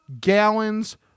gallons